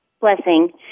blessing